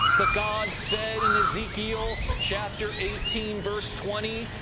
but god said in ezekiel, chapter eighteen, verse twenty,